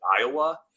Iowa